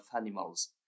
animals